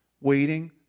waiting